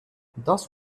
dusk